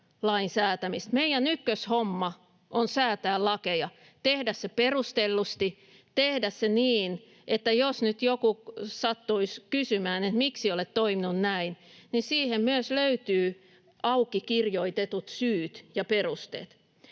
lainsäätämistä. Meidän ykköshomma on säätää lakeja, tehdä se perustellusti, tehdä se niin, että jos nyt joku sattuisi kysymään, miksi olet toiminut näin, niin siihen myös löytyvät aukikirjoitetut syyt ja perusteet.